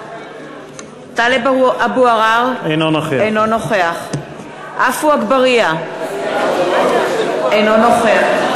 אינו נוכח עפו אגבאריה, אינו משתתף